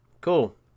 Cool